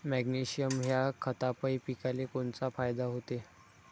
Magnesium ह्या खतापायी पिकाले कोनचा फायदा होते?